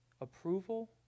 approval